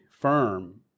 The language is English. firm